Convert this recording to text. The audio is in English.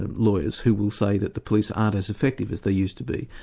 and lawyers, who will say that the police aren't as effective as they used to be,